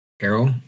Carol